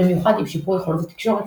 במיוחד עם שיפור יכולות התקשורת,